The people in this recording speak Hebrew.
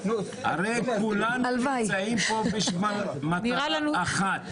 הרי כולנו נמצאים פה במטרה אחת,